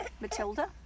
matilda